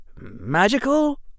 magical